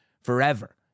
forever